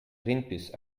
greenpeace